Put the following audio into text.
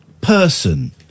person